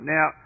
Now